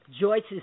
Joyce's